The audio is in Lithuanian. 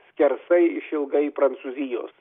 skersai išilgai prancūzijos